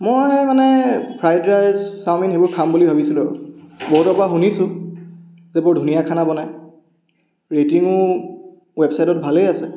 মই মানে fried rice chowmein সেইবোৰ খাম বুলি ভাবিছিলোঁ বহুতৰ পৰা শুনিছোঁ যে বৰ ধুনীয়া খানা বনায় ৰেটিঙো ৱেবছাইটত ভালে আছে